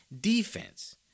defense